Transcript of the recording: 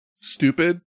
stupid